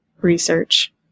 research